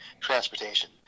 transportation